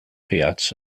caveats